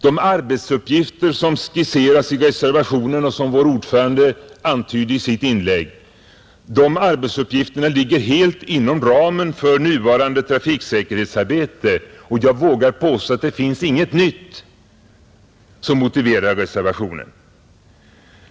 De arbetsuppgifter som skisseras i reservationen och som vår ordförande antydde i sitt inlägg ligger helt inom ramen för nuvarande trafiksäkerhetsarbete, och jag vågar påstå att det finns inget nytt som motiverar reservationen.